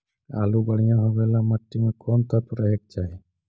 आलु बढ़िया होबे ल मट्टी में कोन तत्त्व रहे के चाही?